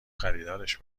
خریدارش